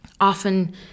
often